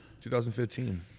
2015